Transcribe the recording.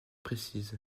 précise